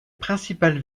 principales